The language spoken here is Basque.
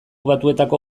batuetako